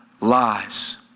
lies